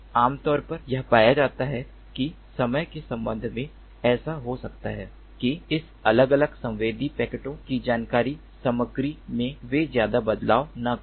आमतौर पर यह पाया जाता है कि समय के संबंध में ऐसा हो सकता है कि इस अलग अलग संवेदी पैकेटों की जानकारी सामग्री में वे ज्यादा बदलाव न करें